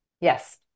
Yes